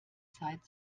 zeit